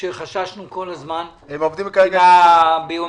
שחששנו ממנה כל הזמן לגבי המאגר הביומטרי?